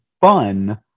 fun